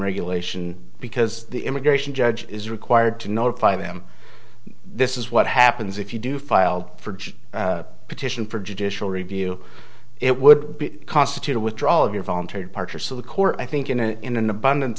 regulation because the immigration judge is required to notify them this is what happens if you do file for petition for judicial review it would constitute a withdrawal of your voluntary departure so the court i think in an in an abundance